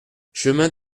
chemin